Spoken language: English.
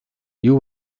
you